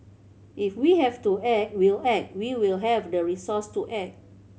if we have to act we'll act we will have the resource to act